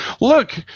look